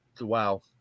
wow